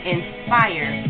Inspire